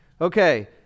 Okay